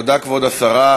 תודה, כבוד השרה.